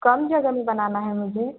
कम जगह में बनाना है मुझे